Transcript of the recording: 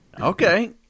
okay